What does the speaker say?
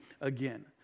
again